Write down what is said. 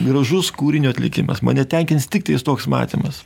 gražus kūrinio atlikimas mane tenkins tiktais toks matymas